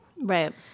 Right